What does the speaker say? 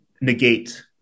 negate